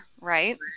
right